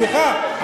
סליחה,